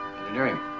Engineering